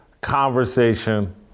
conversation